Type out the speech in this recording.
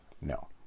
No